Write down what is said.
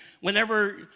whenever